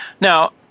now